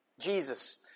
Jesus